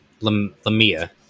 Lamia